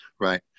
right